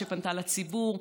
שפנתה לציבור.